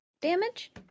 damage